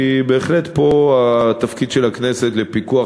כי בהחלט יש פה להכנסת תפקיד בפיקוח,